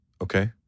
Okay